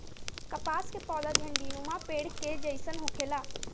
कपास के पौधा झण्डीनुमा पेड़ के जइसन होखेला